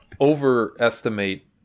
overestimate